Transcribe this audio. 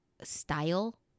style